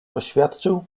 oświadczył